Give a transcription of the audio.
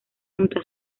junto